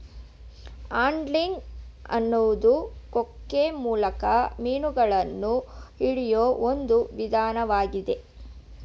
angling ಅನ್ನೋದು ಕೊಕ್ಕೆ ಮೂಲಕ ಮೀನುಗಳನ್ನ ಹಿಡಿಯೋ ಒಂದ್ ವಿಧಾನ್ವಾಗಿದೆ